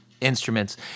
instruments